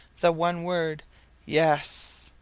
the one word yes!